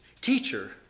teacher